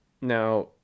Now